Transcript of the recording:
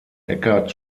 eckhart